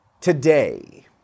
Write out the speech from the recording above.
Today